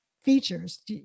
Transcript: features